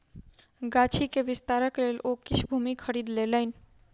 गाछी के विस्तारक लेल ओ किछ भूमि खरीद लेलैन